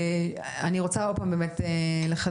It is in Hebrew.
ואני רוצה עוד פעם באמת לחדד,